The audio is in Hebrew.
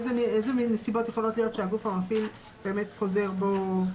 איזה מין נסיבות יכולות להיות שהגוף המפעיל חוזר בו?